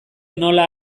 nola